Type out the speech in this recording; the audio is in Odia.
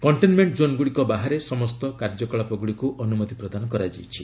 କଣ୍ଟେନ୍ମଣ୍ଟ ଜୋନ୍ଗୁଡ଼ିକ ବାହାରେ ସମସ୍ତ କାର୍ଯ୍ୟକଳାପଗୁଡ଼ିକୁ ଅନୁମତି ପ୍ରଦାନ କରାଯାଇଛି